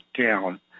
down